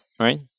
right